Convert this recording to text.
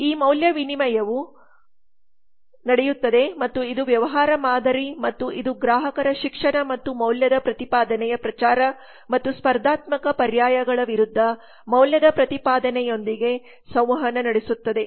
ಈ ಮೌಲ್ಯ ವಿನಿಮಯವು ನಡೆಯುತ್ತದೆ ಮತ್ತು ಇದು ವ್ಯವಹಾರ ಮಾದರಿ ಮತ್ತು ಇದು ಗ್ರಾಹಕರ ಶಿಕ್ಷಣ ಮತ್ತು ಮೌಲ್ಯದ ಪ್ರತಿಪಾದನೆಯ ಪ್ರಚಾರ ಮತ್ತು ಸ್ಪರ್ಧಾತ್ಮಕ ಪರ್ಯಾಯಗಳ ವಿರುದ್ಧ ಮೌಲ್ಯದ ಪ್ರತಿಪಾದನೆಯೊಂದಿಗೆ ಸಂವಹನ ನಡೆಸುತ್ತದೆ